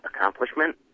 accomplishment